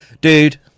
dude